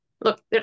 look